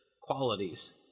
qualities